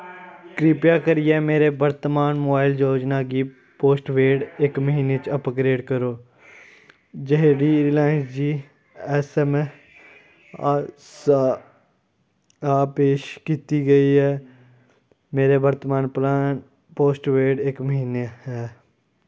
कृपा करियै मेरे वर्तमान मोबाइल योजना गी पोस्टपेड इक म्हीने च अपग्रेड करो जेह्ड़ी रिलायंस जीऐस्सऐम्म आसआ पेश कीती गेई ऐ मेरे वर्तमान प्लान पोस्टपेड इक म्हीने ऐ